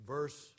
Verse